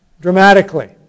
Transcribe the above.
dramatically